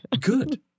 Good